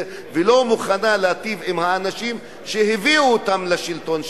ולא מוכנה להיטיב עם האנשים שהביאו אותם לשלטון,